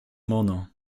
mono